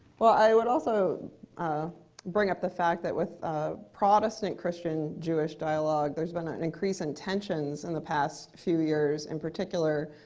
well, i would also ah bring up the fact that with protestant christian-jewish dialogue, there's been an increase in tensions in the past few years in particular,